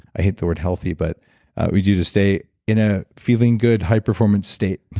i hate the word healthy, but we do to stay in a feeling good highperformance state?